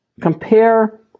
Compare